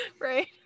Right